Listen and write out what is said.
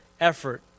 effort